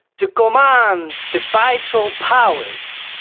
to command the vital powers.